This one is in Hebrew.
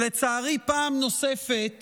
לצערי, פעם נוספת